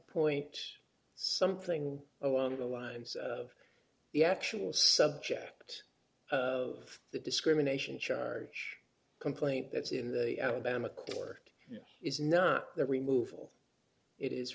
point something along the lines of the actual subject of the discrimination charge a complaint that's in the alabama clerk is not the removal it is